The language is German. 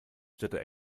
städte